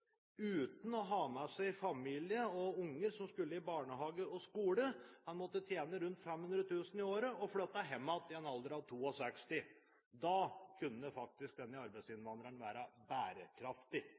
uten å ha med seg familie og unger som skulle i barnehage og skole, tjene rundt 500 000 kr i året og flytte hjem i en alder av 62. Da kunne denne arbeidsinnvandreren faktisk